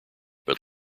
but